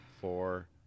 four